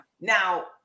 Now